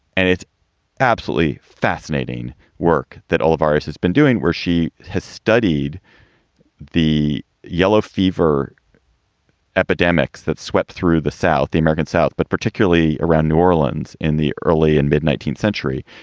and it's absolutely fascinating work that elvira's has been doing where she has studied the yellow fever epidemics that swept through the south american south, but particularly around new orleans in the early and mid nineteenth century,